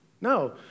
no